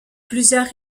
plusieurs